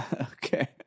Okay